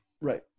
Right